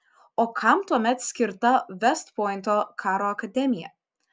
o kam tuomet skirta vest pointo karo akademija